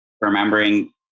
remembering